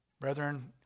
Brethren